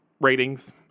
ratings